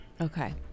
Okay